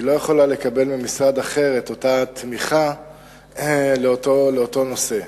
היא לא יכולה לקבל ממשרד אחר את אותה תמיכה לאותו נושא.